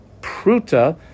pruta